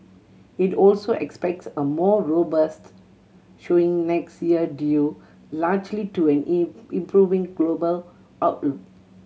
it also expects a more robust showing next year due largely to an improving global outlook